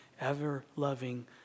ever-loving